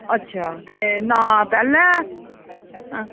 अच्छा ते नांऽ पेह्लैं